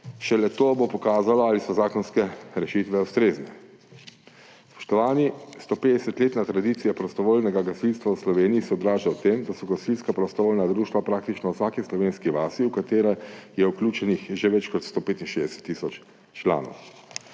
Šele to bo pokazalo, ali so zakonske rešitve ustrezne. Spoštovani, 150-letna tradicija prostovoljnega gasilstva v Sloveniji se odraža v tem, da so gasilska prostovoljna društva praktično v vsaki slovenski vasi, vanje je vključenih že več kot 165 tisoč članov.